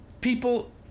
People